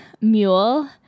mule